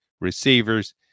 receivers